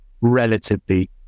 relatively